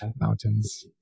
mountains